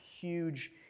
huge